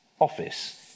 office